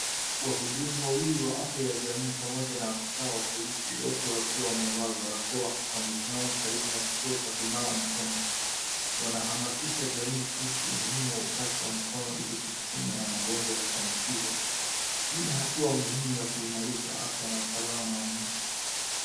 Wahudumu wawili wa afya ya jamii pamoja na afisaa polisi wote wakiwa wamevaa barakoa wamesimama karibu na kituo cha kunawa mikono. Wanahamashisha jamii kuhusu umuhimu wa usafi wa mikono ili kujikinga na magojwa ya kuambukizwa hii ni hatua mhimu ya kuimarisha afya na usalama wa wananchi.